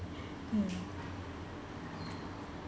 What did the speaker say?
mm